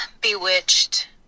Bewitched